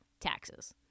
taxes